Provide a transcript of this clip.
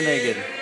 מי נגד?